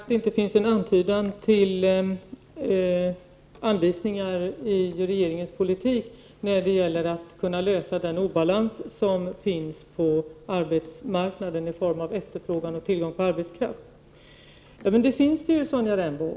Fru talman! Sonja Rembo säger att det inte finns en antydan till anvisningar i regeringens politik när det gäller att komma till rätta med den obalans som finns på arbetsmarknaden med avseende på efterfrågan och tillgång på arbetskraft. Men det finns det ju, Sonja Rembo.